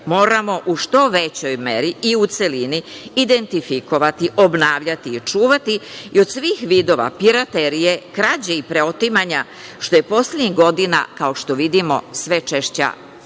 moramo u što većoj meri i u celini identifikovati, obnavljati i čuvati od svih vidova piraterije, krađe i preotimanja, što je poslednjih godina, kao što vidimo, sve češća